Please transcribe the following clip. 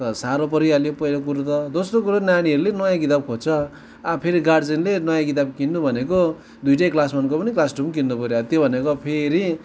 त साह्रो परिहाल्यो पहिलो कुरा त दोस्रो कुरो नानीहरूले नयाँ किताब खोज्छ अब फेरि गार्जियनले नयाँ किताब किन्नु भनेको दुईवटै क्लास वनको पनि क्लास टूको पनि किन्नुपऱ्यो अब त्यो भनेको अब फेरि